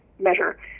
measure